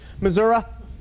Missouri